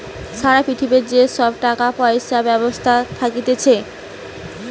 সারা পৃথিবীতে যে সব টাকা পয়সার ব্যবস্থা থাকতিছে